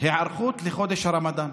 על היערכות לחודש הרמדאן,